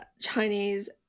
Chinese